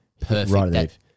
Perfect